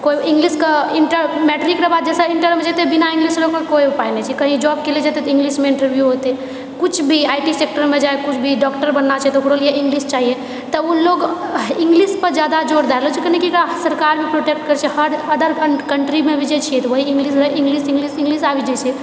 कोइ इंगलिशके इन्टर मैट्रिकके बाद जैसे इन्टरमे जेतै बिना इंगलिश लेने ओकर कोइ उपाय नहि छै कही जॉबके लिए जेतै तऽ इंगलिशमे ही इन्टरव्यू हेतै किछु भी आई टी सेक्टरमे जाए किछु डॉक्टर बनना छै तऽ ओकरो लिए इंगलिश चाहि तऽ ओ लोग इंगलिश पर जादा जोड़ दए रहलो छै कैलाकि एकरा सरकार हर इंगलिश इंगलिश इंगलिश आबि जाए छै